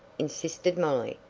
insisted molly.